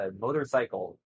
motorcycle